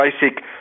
basic